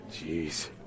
jeez